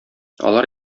алар